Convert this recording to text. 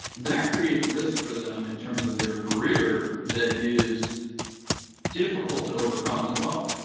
that creates risk for them in terms of their career that is difficult to overcome, as well,